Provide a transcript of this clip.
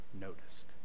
noticed